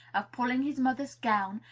of pulling his mother's gown,